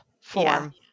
form